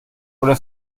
oder